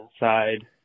inside